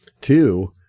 Two